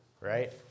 right